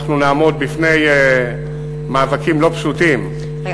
אנחנו נעמוד בפני מאבקים לא פשוטים לגבי,